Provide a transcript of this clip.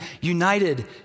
united